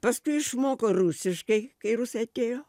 paskui išmoko rusiškai kai rusai atėjo